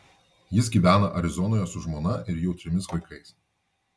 jis gyvena arizonoje su žmona ir jau trimis vaikais